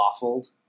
waffled